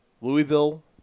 Louisville